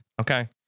Okay